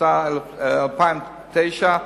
התש"ע 2009,